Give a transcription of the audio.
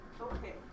Okay